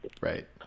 right